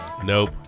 Nope